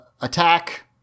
attack